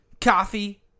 Coffee